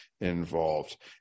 involved